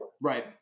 right